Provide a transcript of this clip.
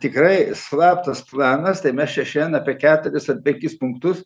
tikrai slaptas planas tai mes čia šian apie keturis ar penkis punktus